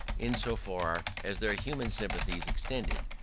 in so far as their human sympathies extended,